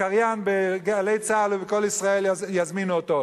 קריין ב"גלי צה"ל" או ב"קול ישראל" יזמינו אותו,